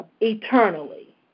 eternally